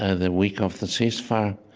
ah the week of the ceasefire.